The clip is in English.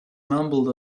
mumbled